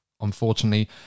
unfortunately